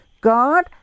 God